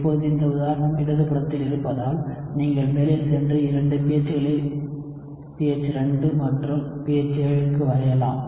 இப்போது இந்த உதாரணம் இடதுபுறத்தில் இருப்பதால் நீங்கள் மேலே சென்று 2 pH களை pH 2 மற்றும் pH 7 க்கு வரையலாம்